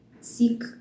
seek